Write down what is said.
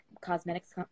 cosmetics